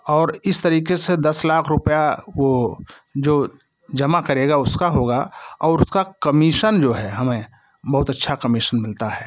और इस तरीके से दस लाख रुपये वो जो जमा करेगा उसका होगा और उसका कमीशन जो है हमें बहुत अच्छा कमीशन मिलता है